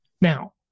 Now